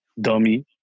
Dummy